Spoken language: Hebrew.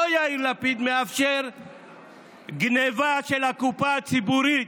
אותו יאיר לפיד, מאפשר גנבה של הקופה הציבורית.